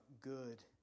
good